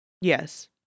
Yes